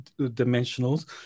dimensionals